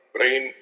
Brain